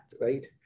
right